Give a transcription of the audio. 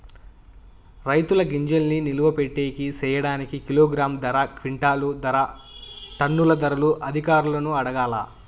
రైతుల గింజల్ని నిలువ పెట్టేకి సేయడానికి కిలోగ్రామ్ ధర, క్వింటాలు ధర, టన్నుల ధరలు అధికారులను అడగాలా?